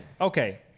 okay